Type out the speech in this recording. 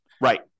Right